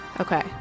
Okay